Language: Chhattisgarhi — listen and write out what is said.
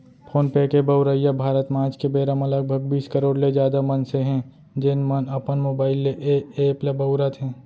फोन पे के बउरइया भारत म आज के बेरा म लगभग बीस करोड़ ले जादा मनसे हें, जेन मन अपन मोबाइल ले ए एप ल बउरत हें